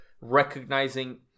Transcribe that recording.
recognizing